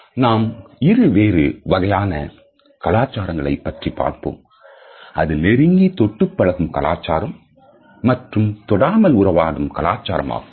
நாம் இரு வேறு வகையான கலாச்சாரங்களை பற்றி பார்ப்போம் அது நெருங்கி தொட்டுப் பழகும் கலாச்சாரம் மற்றும் தொடாமல் உறவாடும் கலாச்சாரம் ஆகும்